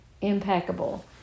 impeccable